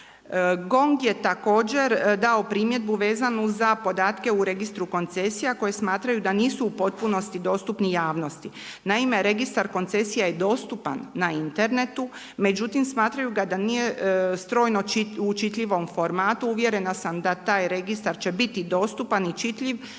GONG je također dao primjedbu za podatke u registru koncesija koje smatraju da nisu u potpunosti dostupni javnosti. Naime registar koncesija je dostupan na internetu. Međutim, smatraju ga da nije strojno u čitljivom formatu, uvjerena sam da taj registar će biti dostupan i čitljiv